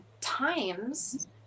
times